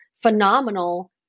phenomenal